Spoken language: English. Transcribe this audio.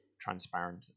transparent